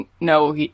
no